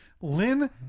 Lynn